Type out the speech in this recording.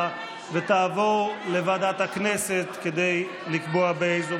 ותעבור לוועדת הכנסת כדי לקבוע באיזו